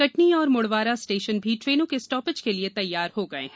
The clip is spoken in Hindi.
कटनी और मुड़वारा स्टेशन भी ट्रेनों के स्टापेज के लिए तैयार किये गये हैं